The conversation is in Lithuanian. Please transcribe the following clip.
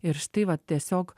ir štai vat tiesiog